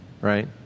right